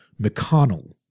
McConnell